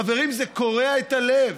חברים, זה קורע את הלב.